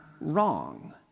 wrong